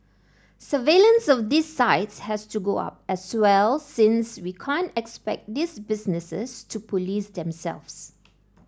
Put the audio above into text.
surveillance of these sites has to go up as well since we can't expect these businesses to police themselves